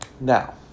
Now